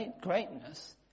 greatness